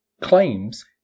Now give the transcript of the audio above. claims